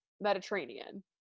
mediterranean